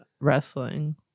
Wrestling